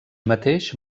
mateix